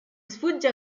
sfugge